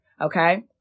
okay